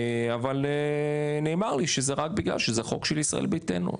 אבל נאמר לי רק בגלל שזה חוק של ישראל ביתנו,